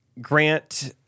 Grant